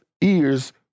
ears